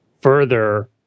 further